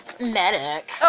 medic